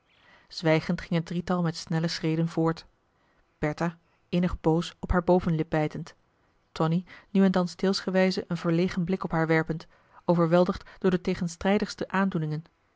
zwijgend ging het drietal met snelle schreden voort bertha innig boos op haar bovenlip bijtend tonie nu en dan steelsgewijze een verlegen blik op haar werpend overweldigd door de tegenstrijdigste aandoeningen